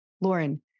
Lauren